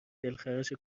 دلخراش